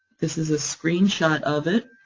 this is a screen shot of it.